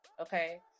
okay